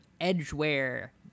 edgeware